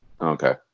Okay